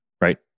right